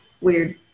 weird